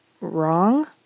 Wrong